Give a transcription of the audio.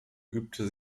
übte